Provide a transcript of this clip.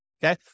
Okay